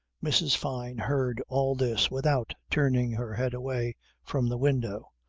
mrs. fyne heard all this without turning her head away from the window.